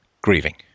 grieving